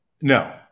No